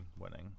winning